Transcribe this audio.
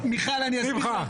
מיכל, אני אסביר לך.